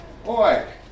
Boy